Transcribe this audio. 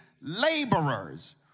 laborers